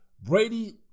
Brady